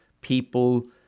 people